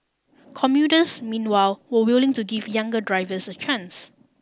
commuters meanwhile were willing to give younger drivers a chance